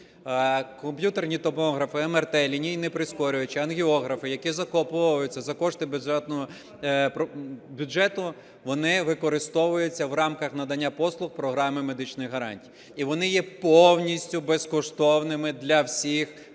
Комп'ютерні томографи, МРТ, лінійні прискорювачі, ангеографи, які закуповуються за кошти бюджету, вони використовуються в рамках надання послуг програми медичних гарантій і вони є повністю безкоштовними для всіх